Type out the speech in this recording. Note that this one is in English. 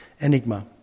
enigma